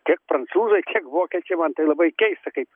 tiek prancūzai tiek vokiečiai man tai labai keista kaip